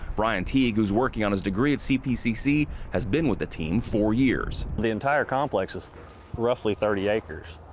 brian teague, who's working on his degree at cpcc has been with the team four years. the entire complex is roughly thirty acres.